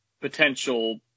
potential